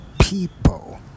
people